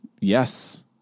Yes